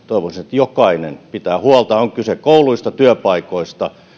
jokainen pitää huolta on sitten kyse kouluista työpaikoista